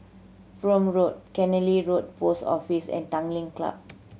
Prome Road Killiney Road Post Office and Tanglin Club